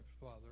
Father